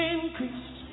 Increase